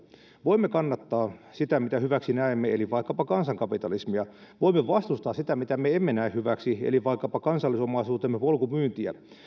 voimme kannattaa sitä minkä hyväksi näemme eli vaikkapa kansankapitalismia voimme vastustaa sitä mitä me emme näe hyväksi eli vaikkapa kansallisomaisuutemme polkumyyntiä